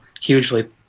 hugely